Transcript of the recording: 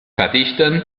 verdichten